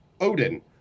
Odin